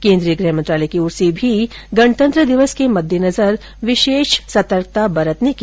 केन्द्रीय गृह मंत्रालय की ओर से भी गणतंत्र दिवस के मद्देनजर विशेष सतर्कता के निर्देश मिले है